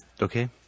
okay